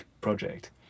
project